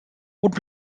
would